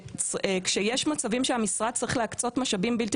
כשיש מצבים שהמשרד צריך להקצות משאבים בלתי